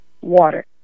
water